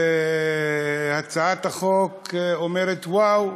הצעת החוק אומרת וואו,